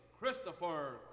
Christopher